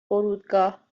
فرودگاه